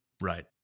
Right